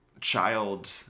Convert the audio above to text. child